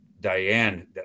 Diane